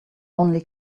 only